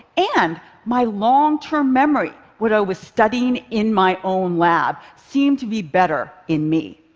and my long-term memory what i was studying in my own lab seemed to be better in me.